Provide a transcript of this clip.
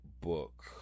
book